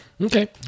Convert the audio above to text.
okay